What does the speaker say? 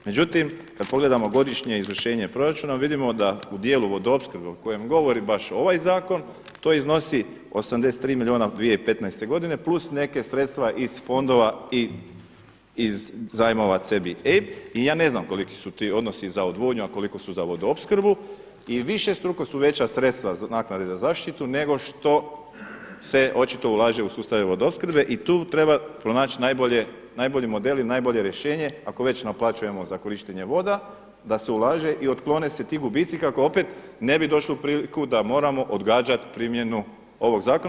Međutim, kad pogledamo godišnje izvršenje proračuna vidimo da u dijelu od opskrbe o kojem govori baš ovaj zakon, to iznosi 83 milijuna 2015. godine plus neka sredstva iz fondova i iz zajmova CBR-a i ja ne znam koliki su ti odnosi za odvodnju, a koliko su za vodoopskrbu i višestruko su veća sredstva naknade za zaštitu nego što se očito ulaže u sustav vodoopskrbe i tu treba pronaći najbolji model i najbolje rješenje ako već naplaćujemo za korištenje voda, da se ulaže i otklone se ti gubitci kako opet ne bi došli u priliku da moramo odgađati primjenu ovog zakona.